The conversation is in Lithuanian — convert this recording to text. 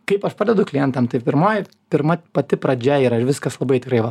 kaip aš pradedu klientam tai pirmoj pirma pati pradžia yra ir viskas labai atvirai